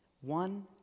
One